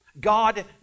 God